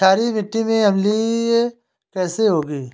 क्षारीय मिट्टी में अलसी कैसे होगी?